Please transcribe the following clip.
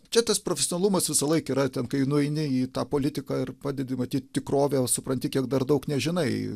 čia tas profesionalumas visąlaik yra ten kai nueini į tą politiką ir padedi matyt tikrovę supranti kiek dar daug nežinai